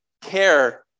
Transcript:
care